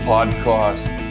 Podcast